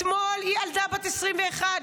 אתמול ילדה בת 21,